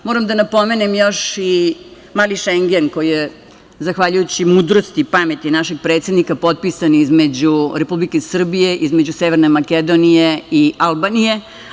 Moram da napomenem još i „Mali šengen“, koji je, zahvaljujući mudrosti i pameti našeg predsednika, potpisan između Republike Srbije, Severne Makedonije i Albanije.